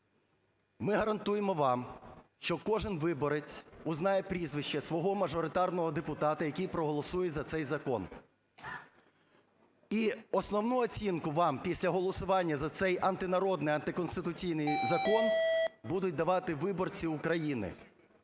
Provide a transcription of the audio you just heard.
ми гарантуємо вам, що кожен виборець узнає прізвище свого мажоритарного депутата, який проголосує за цей закон. І основну оцінку вам після голосування за цей антинародний, антиконституційний закон будуть давати виборці України.